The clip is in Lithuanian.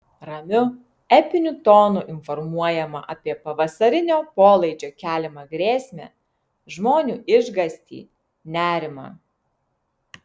ramiu epiniu tonu informuojama apie pavasarinio polaidžio keliamą grėsmę žmonių išgąstį nerimą